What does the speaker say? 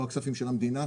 לא הכספים של המדינה,